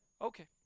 Okay